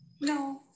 No